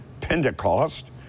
Pentecost